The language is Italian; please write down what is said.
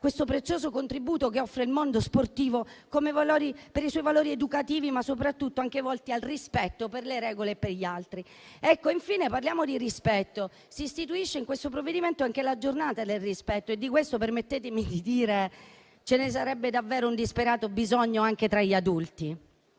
il prezioso contributo offerto dal mondo sportivo, per i suoi valori educativi, soprattutto volti al rispetto per le regole e per gli altri. Infine, parliamo di rispetto. Si istituisce in questo provvedimento anche la Giornata del rispetto e di questo - permettetemi di dire - ci sarebbe davvero un disperato bisogno anche tra gli adulti.